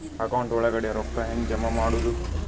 Account ಒಳಗಡೆ ರೊಕ್ಕ ಹೆಂಗ್ ಜಮಾ ಮಾಡುದು?